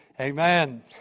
Amen